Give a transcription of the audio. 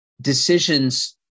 decisions